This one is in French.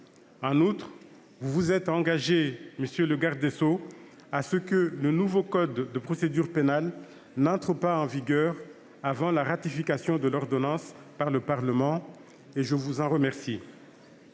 En outre, vous vous êtes engagé, monsieur le garde des sceaux, à ce que le nouveau code de procédure pénale n'entre pas en vigueur avant la ratification de l'ordonnance par le Parlement et je vous en remercie.